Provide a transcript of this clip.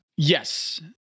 Yes